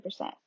100%